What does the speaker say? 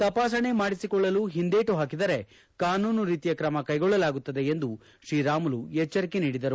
ತಪಾಸಣೆ ಮಾಡಿಸಿಕೊಳ್ಳಲು ಹಿಂದೇಟು ಹಾಕಿದರೆ ಕಾನೂನು ರೀತಿಯ ಕ್ರಮ ಕೈಗೊಳ್ಳಲಾಗುತ್ತದೆ ಎಂದು ಶ್ರೀರಾಮುಲು ಎಚ್ಚರಿಕೆ ನೀಡಿದರು